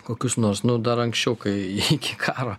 kokius nors nu dar anksčiau kai iki karo